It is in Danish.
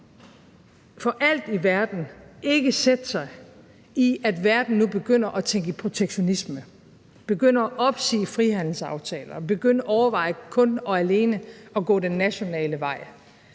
for alt i verden ikke sætte sig i, at verden nu begynder at tænke i protektionisme, begynder at opsige frihandelsaftaler, begynder at overveje kun og alene at gå den nationale vej.